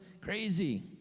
crazy